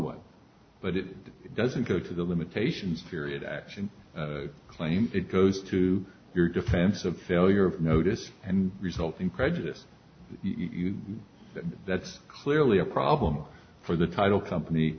one but it doesn't go to the limitations period action claim it goes to your defense of failure of notice and resulting prejudice you that's clearly a problem for the title company